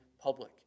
public